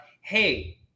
hey-